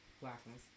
blackness